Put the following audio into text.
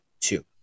two